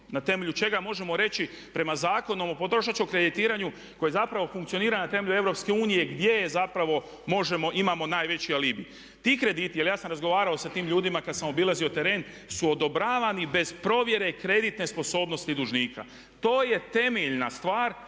na temelju čega možemo reći prema Zakonu o potrošačkom kreditiranju koji zapravo funkcionira na temelju EU gdje zapravo možemo, imamo najveći alibi. Ti krediti, jer ja sam razgovarao sa tim ljudima kad sam obilazio teren su odobravani bez provjere kreditne sposobnosti dužnika. To je temeljna stvar